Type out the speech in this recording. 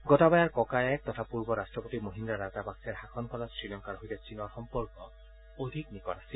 গোটাবায়াৰ ককায়েক তথা পূৰ্বৰ ৰাট্টপতি মহিদ্ৰা ৰাজাপাকছেৰ শাসনকালত শ্ৰীলংকাৰ সৈতে চীনৰ সম্পৰ্ক অধিক নিকট আছিল